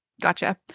Gotcha